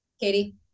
Katie